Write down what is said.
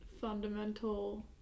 fundamental